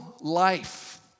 life